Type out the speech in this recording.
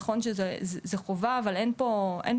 נכון שזאת חובה אבל אין פה הגבלה.